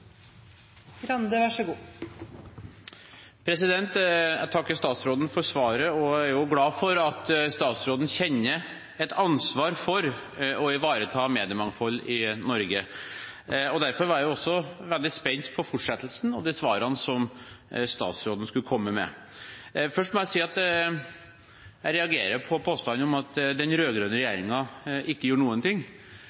Jeg takker statsråden for svaret og er glad for at statsråden kjenner et ansvar for å ivareta mediemangfold i Norge. Derfor var jeg også veldig spent på fortsettelsen og de svarene som statsråden skulle komme med. Først må jeg si at jeg reagerer på påstanden om at den